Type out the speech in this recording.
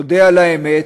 נודה על האמת,